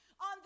on